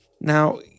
Now